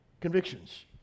convictions